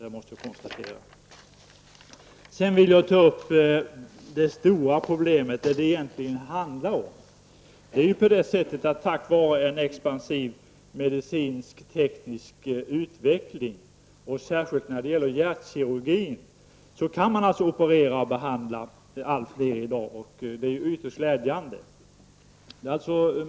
Härefter skall jag beröra det stora problemet. Tack vare en expansiv medicinsk--teknisk utveckling, särskilt inom hjärtkirurgin, kan allt fler människor behandlas och opereras. Det är ytterst glädjande.